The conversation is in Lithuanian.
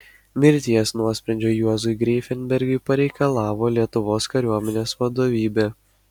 mirties nuosprendžio juozui greifenbergeriui pareikalavo lietuvos kariuomenės vadovybė